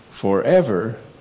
forever